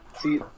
See